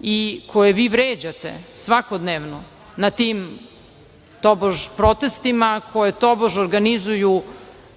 i koje vi vređate svakodnevno na tim tobož protestima i koje tobož organizuju